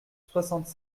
soixante